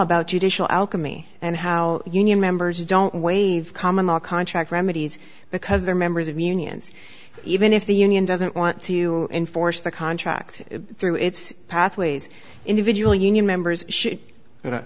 about judicial alchemy and how union members don't wave common law contract remedies because they're members of unions even if the union doesn't want to enforce the contract through its pathways individual union members should but i